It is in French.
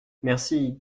merci